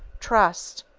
trust,